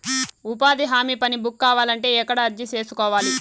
ఉపాధి హామీ పని బుక్ కావాలంటే ఎక్కడ అర్జీ సేసుకోవాలి?